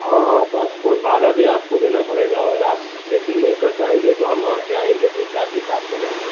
हाँ पासपोर्ट भाड़ा भी आपको देना पड़ेगा और आप सेटिंग नहीं कर पाएँगे तो हम वहाँ से आएँगे तो चार्जेस आप से लेंगे